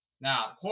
Now